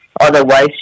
otherwise